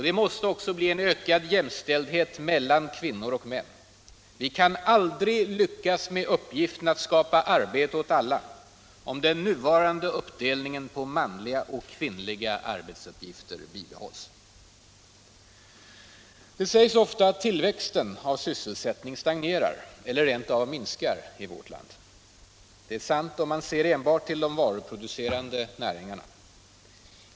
Det måste också bli ökad jämställdhet mellan kvinnor och män. Vi kan aldrig lyckas med uppgiften att skapa arbete åt alla om den nuvarande uppdelningen på manliga och kvinnliga arbetsuppgifter bibehålls. Det sägs ofta att tillväxten av sysselsättning stagnerar eller rent av minskar i vårt land. Det är sant, om man ser enbart till de varuproducerande näringarna.